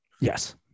Yes